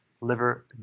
liver